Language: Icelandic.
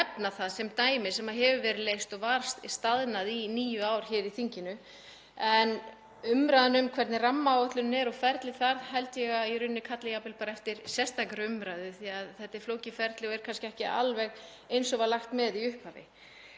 sem dæmi sem hefur verið leyst og var staðnað í níu ár í þinginu. Umræðan um hvernig rammaáætlunin er og ferlið þar held ég að kalli jafnvel á sérstaka umræðu því að þetta er flókið ferli og er kannski ekki alveg eins og var lagt upp með í upphafi.